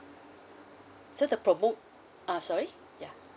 so the promo uh sorry ya